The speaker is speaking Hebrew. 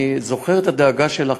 אני זוכר את הדאגה שלך.